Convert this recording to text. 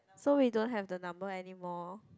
so we don't have the number anymore